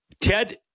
Ted